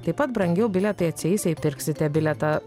taip pat brangiau bilietai atsieis jei pirksite bilietą